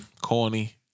Corny